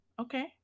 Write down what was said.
okay